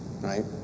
right